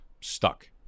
Stuck